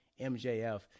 MJF